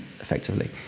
effectively